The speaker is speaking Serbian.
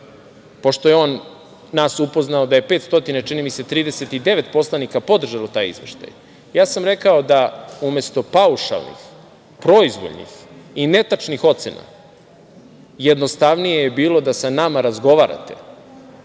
pošto je on nas upoznao, da je 539 poslanika podržalo taj izveštaj, ja sam rekao da umesto paušalnih, proizvoljnih i netačnih ocena, jednostavnije je bilo da sa nama razgovarate